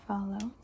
Follow